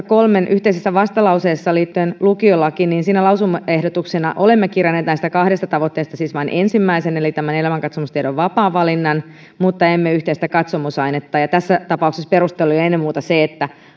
kolmen oppositiopuolueen yhteiseen vastalauseeseen liittyen lukiolakiin lausumaehdotuksena olemme kirjanneet näistä kahdesta tavoitteesta siis vain ensimmäisen eli tämän elämänkatsomustiedon vapaan valinnan mutta emme yhteistä katsomusainetta tässä tapauksessa perustelu oli ennen muuta se että